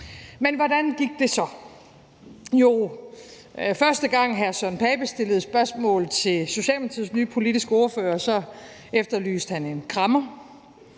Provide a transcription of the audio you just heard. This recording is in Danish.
Men hvordan gik det så? Jo, den første gang hr. Søren Pape Poulsen stillede spørgsmål til Socialdemokratiets nye politiske ordfører, efterlyste han en krammer,